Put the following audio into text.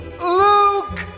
Luke